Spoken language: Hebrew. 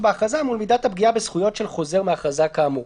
בהכרזה מול מידת הפגיעה בזכויות של חוזר מהכרזה כאמור.